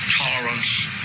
tolerance